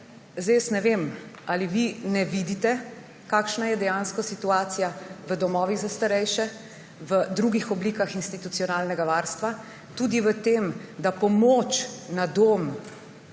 zdaj jaz ne vem, ali vi ne vidite, kakšna je dejansko situacija v domovih za starejše, v drugih oblikah institucionalnega varstva, tudi v tem, da je pomoč na domu